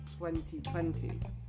2020